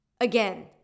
Again